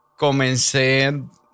comencé